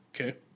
Okay